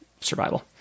survival